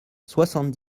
soixante